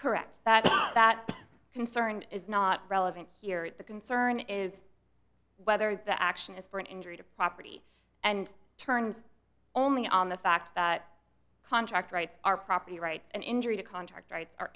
correct that that concern is not relevant here the concern is whether the action is for an injury to property and turns only on the fact that contract rights are property rights and injury to contact rights are